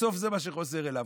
בסוף זה מה שחוזר אליו.